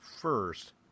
first